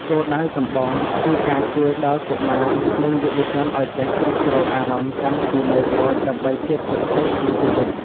គោលដៅចម្បងគឺការជួយដល់កុមារនិងយុវជនឱ្យចេះគ្រប់គ្រងអារម្មណ៍តាំងពីនៅតូចដើម្បីភាពជោគជ័យក្នុងជីវិត។